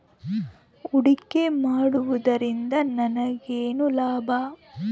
ಹೂಡಿಕೆ ಮಾಡುವುದರಿಂದ ನನಗೇನು ಲಾಭ?